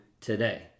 today